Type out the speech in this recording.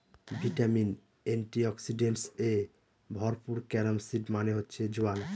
vitamin, antioxidants এ ভরপুর carom seed মানে হচ্ছে জোয়ান